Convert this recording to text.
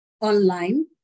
online